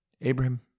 Abraham